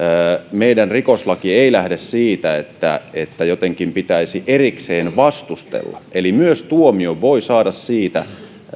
meidän rikoslaki ei lähde siitä että että jotenkin pitäisi erikseen vastustella eli myös tuomion voi saada